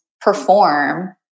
perform